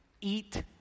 eat